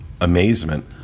amazement